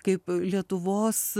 kaip lietuvos